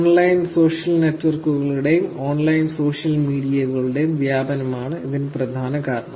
online social നെറ്റ്വർക്കുകളുടെയും online social മീഡിയകളുടെയും വ്യാപനമാണ് ഇതിന് പ്രധാന കാരണം